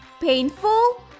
painful